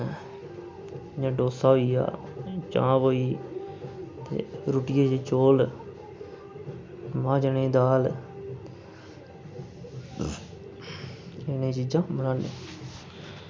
डोसा होइया चांप होई ते रुट्टी होई चौल मांह् चने दी दाल इन्नी चीज़ां बनान्ने